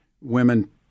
women